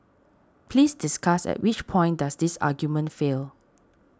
please discuss at which point does this argument fail